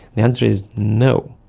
the answer is no.